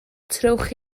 trowch